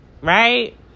right